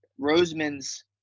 Roseman's